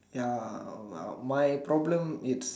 ya uh my problem it's